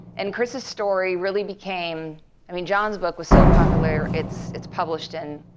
and chris' story really became i mean, john's book was so popular it's it's published in